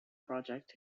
project